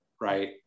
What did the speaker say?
right